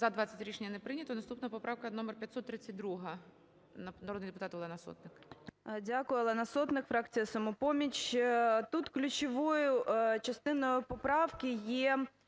За-20 Рішення не прийнято. Наступна поправка номер 532-а. Народний депутат Олена Сотник. 12:55:09 СОТНИК О.С. Дякую. Олена Сотник, фракція "Самопоміч". Тут ключовою частиною поправки є